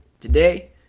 today